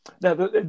now